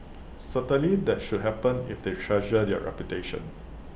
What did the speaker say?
certainly that should happen if they treasure their reputation